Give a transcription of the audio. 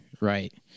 right